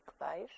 life